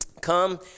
come